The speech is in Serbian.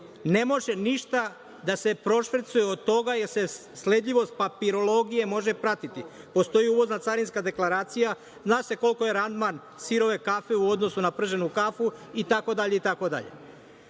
Ne može ništa da se prošvercuje od toga, jer se sledljivost papirologije može pratiti. Postoji ulazna carinska deklaracija, zna se koliko je randman sirove kafe u odnosu na prženu kafu itd,